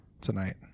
tonight